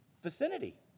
vicinity